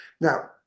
Now